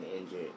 injured